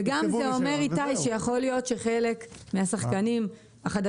וגם זה אומר איתי שיכול להיות שחלק מהשחקנים החדשים